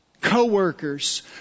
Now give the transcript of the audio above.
co-workers